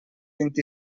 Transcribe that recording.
vint